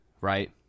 right